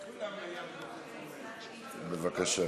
בבקשה.